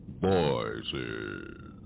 Voices